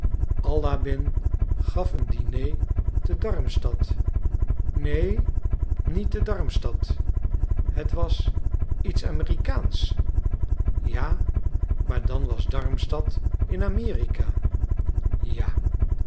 alabin gaf een diner te darmstadt neen niet te darmstadt het was iets amerikaansch ja maar dan was darmstadt in amerika ja